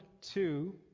two